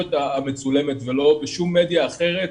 בתקשורת המצולמת ולא בשום מדיה אחרת.